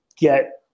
get